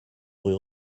rue